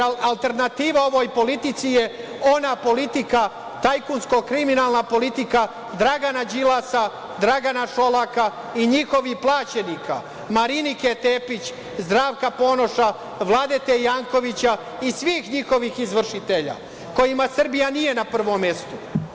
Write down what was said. Alternativa ovoj politici je ona politika tajkunsko-kriminalna politika Dragana Đilasa, Dragana Šolaka i njihovih plaćenika, Marinike Tepić, Zdravka Ponoša, Vladete Jankovića i svih njihovih izvršitelja kojima Srbija nije na prvom mestu.